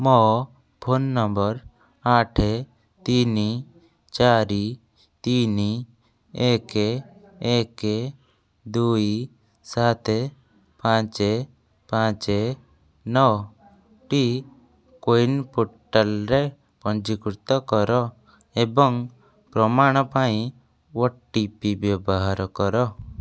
ମୋ phone number ଆଠେ ତିନି ଚାରି ତିନି ଏକେ ଏକେ ଦୁଇ ସାତେ ପାଞ୍ଚେ ପାଞ୍ଚେ ନଅ ଟି କୋୱିନ୍ ପୋର୍ଟାଲ୍ରେ ପଞ୍ଜିକୃତ କର ଏବଂ ପ୍ରମାଣ ପାଇଁ ଓ ଟି ପି ବ୍ୟବହାର କର